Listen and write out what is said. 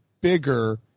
bigger